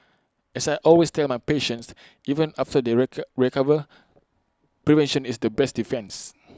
as I always tell my patients even after they recover prevention is the best defence